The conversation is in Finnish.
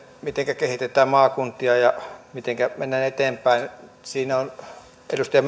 mitenkä kehitetään maakuntia ja mitenkä mennään eteenpäin edustaja